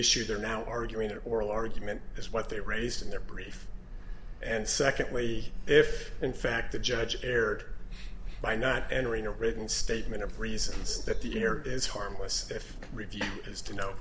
issue there now arguing that oral argument is what they raised in their brief and secondly if in fact the judge erred by not entering a written statement of reasons that the error is harmless if review is to know